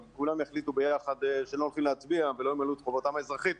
אבל אם כולם יחליטו ביחד שלא הולכים להצביע ולא ימלאו את חובתם האזרחית,